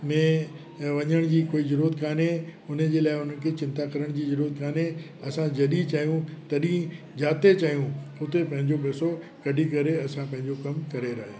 में वञण जी कोई ज़रूरत कोन्हे हुनन जे लाए हुनन खे चिंता करण जी ज़रूरत कोन्हे असां जॾहिं चाहियूं तॾहिं जिते चाहियूं हुते पंहिंजो पैसो कढी करे असां पंहिंजो कमु करे रहिया आहियूं